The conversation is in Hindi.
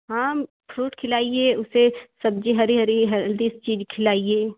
हाँ फ़्रूट खिलाइए उसे सब्ज़ी हरी हरी हेल्दी चीज़ खिलाइए